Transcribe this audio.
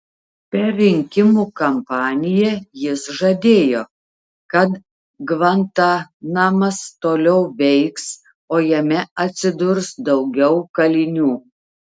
per rinkimų kampaniją jis žadėjo kad gvantanamas toliau veiks o jame atsidurs daugiau kalinių